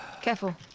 Careful